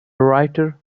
writer